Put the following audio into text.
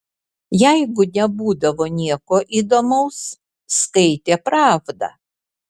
jeigu nebūdavo nieko įdomaus skaitė pravdą